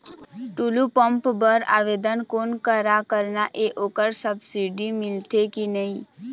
Tullu pump बर आवेदन कोन करा करना ये ओकर सब्सिडी मिलथे की नई?